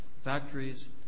factories